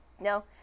No